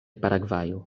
paragvajo